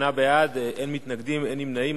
שמונה בעד, אין מתנגדים, אין נמנעים.